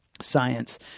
science